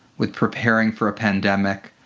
with preparing for a pandemic,